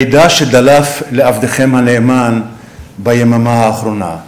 במידע שדלף לעבדכם הנאמן ביממה האחרונה.